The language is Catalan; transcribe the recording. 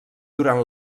durant